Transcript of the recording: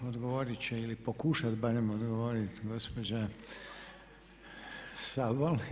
Evo odgovorit će, ili pokušati barem odgovoriti, gospođa Sobol.